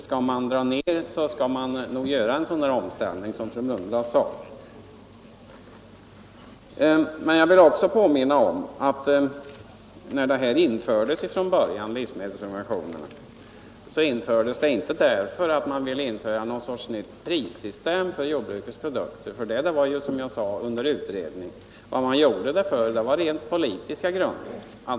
Skall man dra ner, så skall man nog göra en sådan omställning som fru Lundblad talade om. Men jag vill också påminna om att livsmedelssubventionerna från början infördes inte därför att man ville införa något slags nytt prissystem för jordbrukets produkter — det var, som jag sade, under utredning — utan av rent politiska grunder.